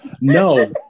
no